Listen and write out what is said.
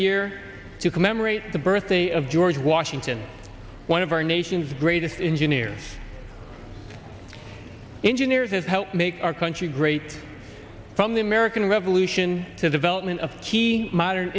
year to commemorate the birthday of george washington one of our nation's greatest engineers engineers has helped make our country great from the american revolution to development of key modern